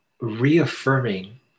reaffirming